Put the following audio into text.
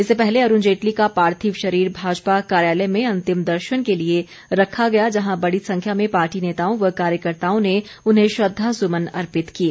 इससे पहले अरूण जेटली का पार्थिव शरीर भाजपा कार्यालय में अंतिम दर्शन के लिए रखा गया जहां बड़ी संख्या में पार्टी नेताओं व कार्यकर्ताओं ने उन्हें श्रद्वासुमन अर्पित किए